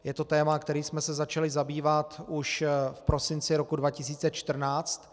Je to téma, kterým jsme se začali zabývat už v prosinci 2014.